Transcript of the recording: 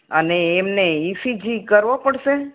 અને એમને ઇસીજી કરવો પડશે